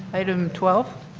item twelve?